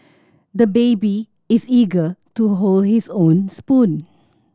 the baby is eager to hold his own spoon